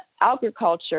agriculture